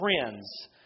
friends